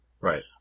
Right